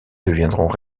deviendront